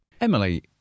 Emily